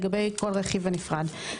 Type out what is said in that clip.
לגבי כל רכיב בנפרד,